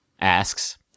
Asks